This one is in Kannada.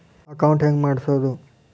ಅಕೌಂಟ್ ಹೆಂಗ್ ಮಾಡ್ಸೋದು?